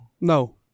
No